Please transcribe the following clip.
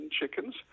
chickens